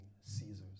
Caesar's